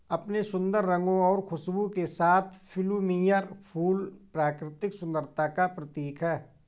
अपने सुंदर रंगों और खुशबू के साथ प्लूमेरिअ फूल प्राकृतिक सुंदरता का प्रतीक है